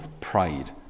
pride